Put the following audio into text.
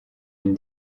une